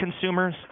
consumers